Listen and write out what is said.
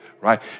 right